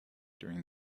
during